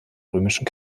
römischen